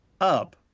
up